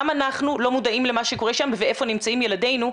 גם אנחנו לא מודעים למה שקורה שם ואיפה נמצאים ילדינו,